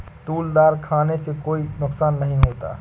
तूर दाल खाने से कोई नुकसान नहीं होता